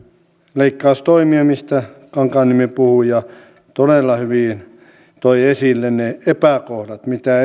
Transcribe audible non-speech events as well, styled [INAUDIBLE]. leikkaustoimia mistä kankaanniemi puhui ja todella hyvin toi esille epäkohdat siinä mitä [UNINTELLIGIBLE]